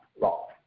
law